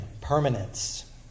Permanence